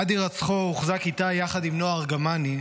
עד הירצחו הוחזק איתי יחד עם נועה ארגמני,